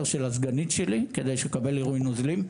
של הסגנית שלי כדי שיקבל עירוי נוזלים.